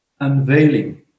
unveiling